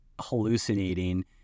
hallucinating